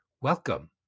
Welcome